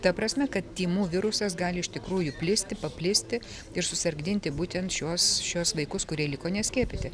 ta prasme kad tymų virusas gali iš tikrųjų plisti paplisti ir susargdinti būtent šiuos šiuos vaikus kurie liko neskiepyti